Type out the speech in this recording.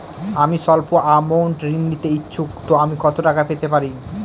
আমি সল্প আমৌন্ট ঋণ নিতে ইচ্ছুক তো আমি কত টাকা পেতে পারি?